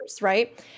right